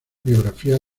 biografía